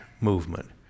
movement